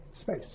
space